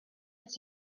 its